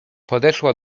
podeszła